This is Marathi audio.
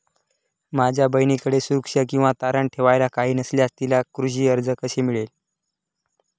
माझ्या बहिणीकडे सुरक्षा किंवा तारण ठेवायला काही नसल्यास तिला कृषी कर्ज कसे मिळेल?